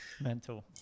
Mental